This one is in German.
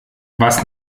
was